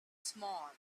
small